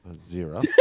Zero